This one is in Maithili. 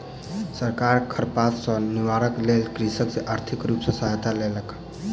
सरकार खरपात सॅ निवारणक लेल कृषक के आर्थिक रूप सॅ सहायता केलक